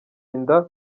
inda